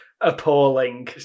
appalling